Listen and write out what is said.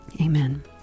Amen